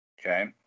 Okay